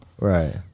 Right